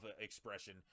expression